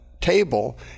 table